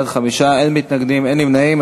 בעד, 5, אין מתנגדים, אין נמנעים.